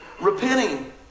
repenting